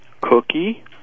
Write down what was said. Cookie